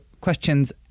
questions